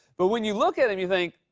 but when you look at him, you think,